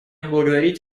поблагодарить